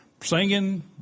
singing